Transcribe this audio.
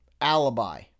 alibi